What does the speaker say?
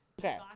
Okay